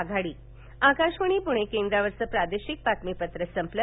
आकाशवाणी पुणे केंद्रावरचं प्रादेशिक बातमीपत्र संपलं